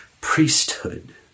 priesthood